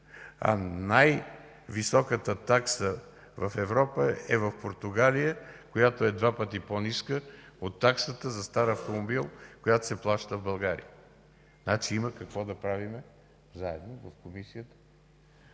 Най-високата такса в Европа е в Португалия, която е два пъти по-ниска от таксата за стар автомобил, която се плаща в България. Значи има какво да правим в Комисията